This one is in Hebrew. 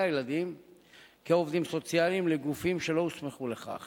הילדים כעובדים סוציאליים לגופים שלא הוסמכו לכך